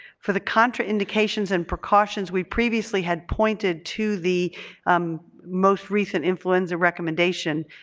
for the contraindications and precautions we previously had pointed to the most recent influenza recommendation,